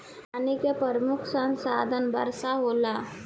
पानी के प्रमुख साधन बरखा होला